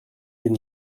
been